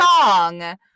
song